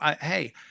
hey